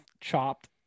Chopped